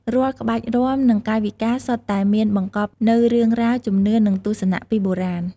រាល់ក្បាច់រាំ និងកាយវិការសុទ្ធតែមានបង្កប់នូវរឿងរ៉ាវ ជំនឿ និងទស្សនៈពីបុរាណ។